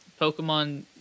Pokemon